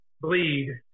bleed